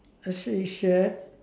I sew his shirt